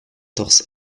torse